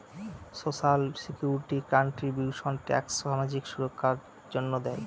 social security contributions tax সামাজিক সুররক্ষার জন্য দেয়